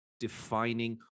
Defining